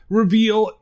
reveal